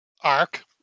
arc